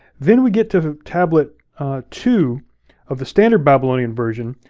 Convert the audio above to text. then we get to tablet two of the standard babylonian version,